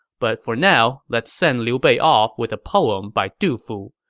but for now, let's send liu bei off with a poem by du fu,